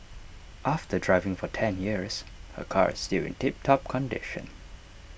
after driving for ten years her car is still in tip top condition